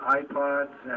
iPods